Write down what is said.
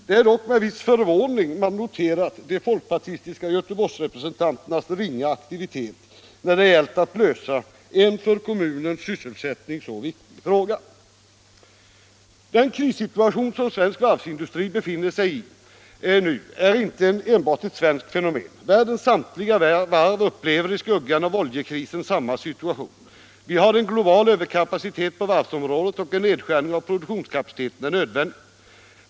Det är dock med viss förvåning man noterar de folkpartistiska göteborgsrepresentanternas ringa aktivitet när det gällt att lösa en för kommunens sysselsättning så viktig fråga som denna. Den krissituation som svensk varvsindustri befinner sig i är inte enbart ett svenskt fenomen. Världens samtliga varv upplever i skuggan av oljekrisen samma situation. Vi har en global överkapacitet på varvsområdet och en nedskärning av produktionskapaciteten är nödvändig.